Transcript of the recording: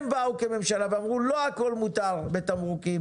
הם באו כממשלה ואמרו לא הכול מותר בתמרוקים,